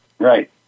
Right